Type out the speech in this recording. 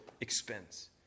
expense